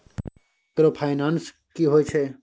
Microfinance की होय छै?